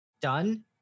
done